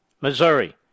Missouri